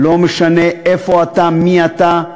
לא משנה איפה אתה, מי אתה,